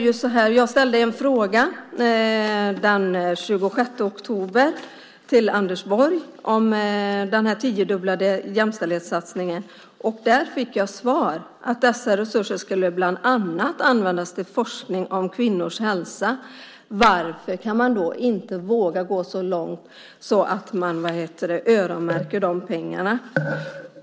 Jag ställde den 26 oktober en fråga till Anders Borg om den tiodubblade jämställdhetssatsningen. Jag fick svaret att dessa resurser bland annat skulle användas till forskning om kvinnors hälsa. Varför vågar man då inte gå så långt att man öronmärker de pengarna?